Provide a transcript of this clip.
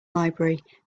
library